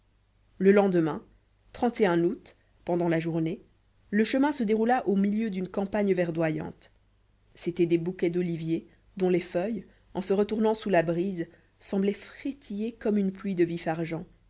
le lendemain août pendant la journée le chemin se déroula au milieu d'une campagne verdoyante c'étaient des bouquets d'oliviers dont les feuilles en se retournant sous la brise semblaient frétiller comme une pluie de